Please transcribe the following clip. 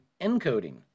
encoding